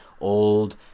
old